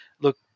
look